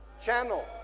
Channel